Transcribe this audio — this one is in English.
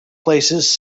places